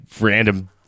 random